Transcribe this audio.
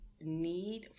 need